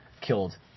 killed